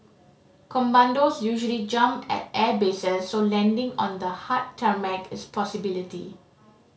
commandos usually jump at airbases so landing on the hard tarmac is a possibility